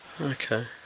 Okay